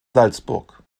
salzburg